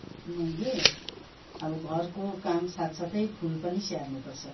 मैले अब घरको काम साथ साथै फुल पनि स्याहार्नु पर्छ